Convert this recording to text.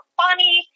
funny